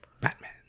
batman